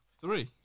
Three